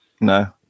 No